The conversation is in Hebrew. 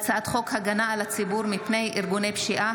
הצעת חוק הגנה על הציבור מפני ארגוני פשיעה,